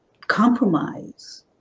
compromise